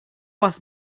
was